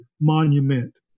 monument